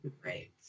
great